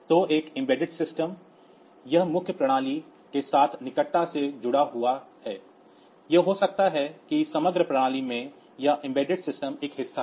तो एक embedded system यह मुख्य प्रणाली के साथ निकटता से जुड़ा हुआ है यह हो सकता है कि समग्र प्रणाली में यह एम्बेडेड सिस्टम एक हिस्सा है